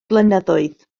blynyddoedd